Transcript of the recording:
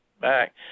back